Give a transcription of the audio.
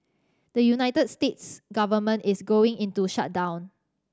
the United States government is going into shutdown